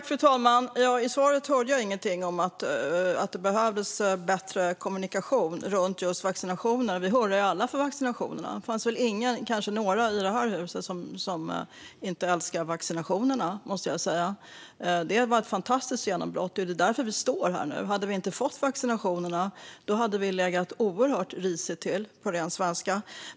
Fru talman! I svaret hörde jag ingenting om att det behövs bättre kommunikation om vaccinationer. Vi hurrade ju alla för vaccinationerna. Det finns väl ingen - kanske några - i det här huset som inte älskar vaccinationerna. Det var ett fantastiskt genombrott, och det är därför vi står här nu. Hade vi inte fått vaccinationerna hade vi legat oerhört risigt till, på ren svenska.